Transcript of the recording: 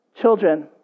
Children